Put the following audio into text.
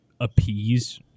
appease